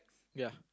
ya